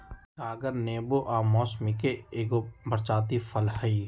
गागर नेबो आ मौसमिके एगो प्रजाति फल हइ